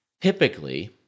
typically